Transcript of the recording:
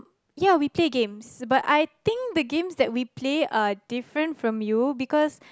ya we play games but I think the games that we play are different from you because